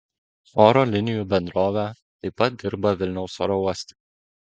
oro linijų bendrovė taip pat dirba vilniaus oro uoste